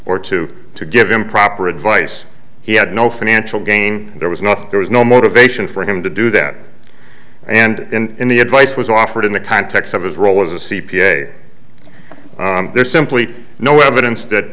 or to to give improper advice he had no financial gain there was nothing there was no motivation for him to do that and in the advice was offered in the context of his role as a c p a there's simply no evidence that